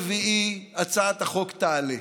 ביום רביעי הצעת החוק תעלה.